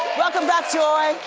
welcome back, joy.